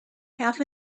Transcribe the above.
half